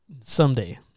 someday